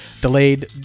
delayed